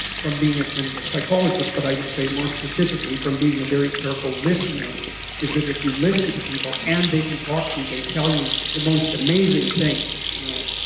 from being a clinical psychologist but i would say more specifically from being a very careful listener is that if you listen to people and they can talk to you, they tell you the most amazing things. you know,